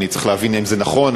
אני צריך להבין אם זה נכון,